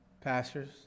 pastors